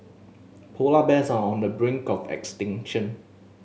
polar bears are on the brink of extinction